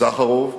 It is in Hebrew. סחרוב,